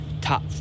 top